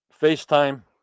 FaceTime